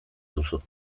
duzu